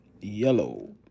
yellow